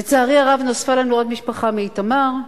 לצערי הרב, נוספה לנו עוד משפחה מאיתמר,